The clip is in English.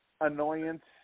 annoyance